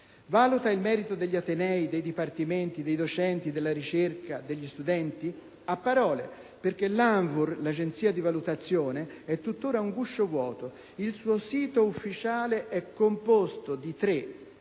Valuta il merito degli Atenei, dei dipartimenti, dei docenti della ricerca, degli studenti? A parole, perché l'ANVUR (l'agenzia di valutazione) è tuttora un guscio vuoto. Il suo sito ufficiale è composto di sole